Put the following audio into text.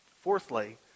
Fourthly